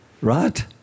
Right